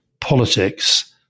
Politics